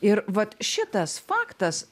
ir vat šitas faktas